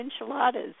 enchiladas